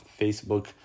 Facebook